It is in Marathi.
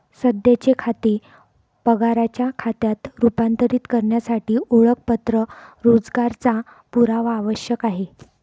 सध्याचे खाते पगाराच्या खात्यात रूपांतरित करण्यासाठी ओळखपत्र रोजगाराचा पुरावा आवश्यक आहे